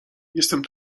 jestem